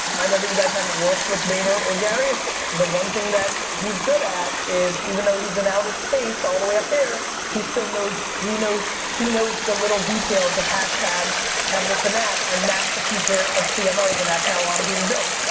i know that you guys haven't worked with vayner or gary, the one thing that he's good at is, even though he's in outer space, all the way up there, he still knows, he knows, he knows the little details of hashtags and this and that, and that's the future of cmos and that's how i'm being built.